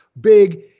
big